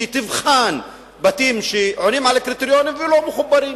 שתבחן בתים שעונים על הקריטריונים ולא מחוברים.